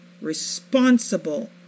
responsible